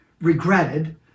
regretted